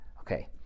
Okay